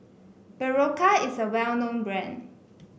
Berocca is a well known brand